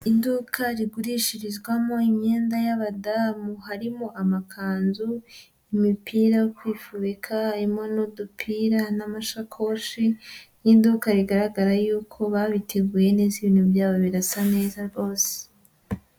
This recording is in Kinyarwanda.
Iduka rigurishirizwamo imyenda y'abadamu, harimo amakanzu, imipira yo kwifubika, harimo n'udupira n'amashakoshi, ni iduka rigaragara y'uko babiteguye neza ibintu byabo birasa neza ryose.